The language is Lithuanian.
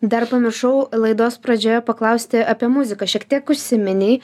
dar pamiršau laidos pradžioje paklausti apie muziką šiek tiek užsiminei